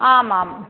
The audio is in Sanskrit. आम् आम्